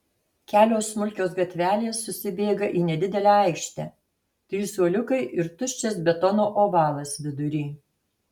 kelios smulkios gatvelės susibėga į nedidelę aikštę trys suoliukai ir tuščias betono ovalas vidury